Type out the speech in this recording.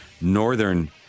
Northern